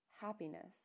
happiness